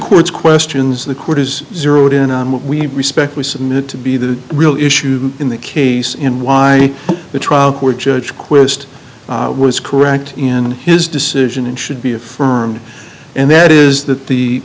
court's questions the court is zeroed in on what we respect we submit to be the real issue in the case in why the trial court judge querist was correct in his decision and should be affirmed and that is that the